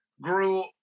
grew